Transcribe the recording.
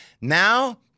Now